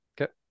Okay